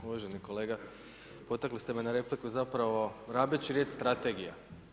Uvaženi kolega, potakli ste me na repliku zapravo rabeći riječ „strategija“